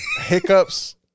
hiccups